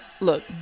Look